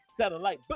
satellite